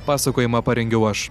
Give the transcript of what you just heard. pasakojimą parengiau aš